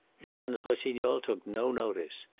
jeanne rossignol took no notice.